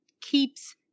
keeps